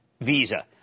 visa